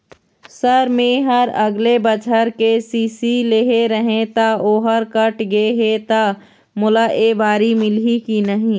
Sir मेहर अगले बछर के.सी.सी लेहे रहें ता ओहर कट गे हे ता मोला एबारी मिलही की नहीं?